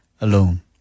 alone